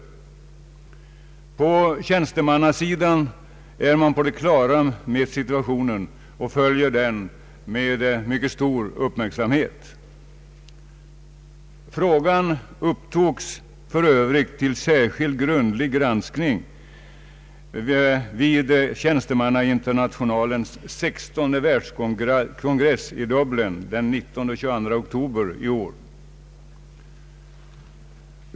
På tjänstemannasidan är man på det klara med situationen och följer den med mycket stor uppmärksamhet. Frågan upptogs för övrigt till särskild, grundlig granskning vid tjänstemannainternationalens 16:e världskongress i Dublin den 19—22 oktober i år.